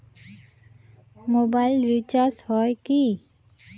Mobile recharge হয় কি?